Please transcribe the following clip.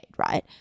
right